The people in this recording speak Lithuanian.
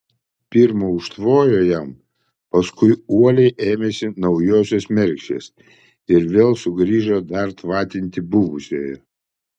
pirma užtvojo jam paskui uoliai ėmėsi naujosios mergšės ir vėl sugrįžo dar tvatinti buvusiojo